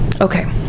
Okay